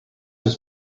was